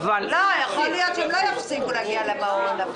יכול להיות שהם לא יפסיקו להגיע למעון.